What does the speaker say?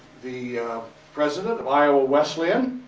the president of iowa wesleyan